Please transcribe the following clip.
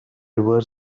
river